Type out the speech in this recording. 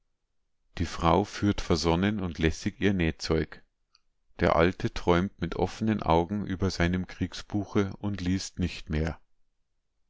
die frau führt versonnen und lässig ihr nähzeug der alte träumt mit offenen augen über seinem kriegsbuche und liest nicht mehr